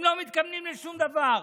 הם לא מתכוונים לשום דבר.